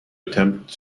attempt